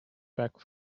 back